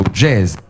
jazz